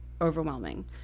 overwhelming